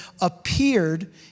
appeared